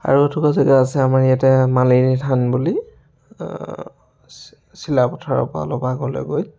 আৰু এটুকুৰা জেগা আছে আমাৰ ইয়াতে মালিনী থান বুলি চি চিলাপথাৰৰ পৰা অলপ আগলৈ গৈ